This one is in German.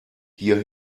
hier